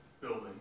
building